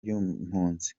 by’impunzi